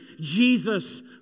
Jesus